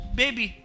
baby